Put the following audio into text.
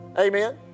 Amen